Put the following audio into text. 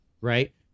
Right